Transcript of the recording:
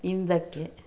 ಹಿಂದಕ್ಕೆ